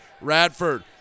Radford